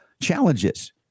challenges